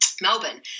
Melbourne